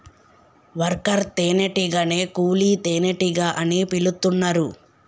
worker తేనే టీగనే కూలీ తేనెటీగ అని పిలుతున్నరు